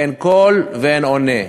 אין קול ואין עונה.